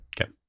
Okay